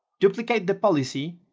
duplicate the policy,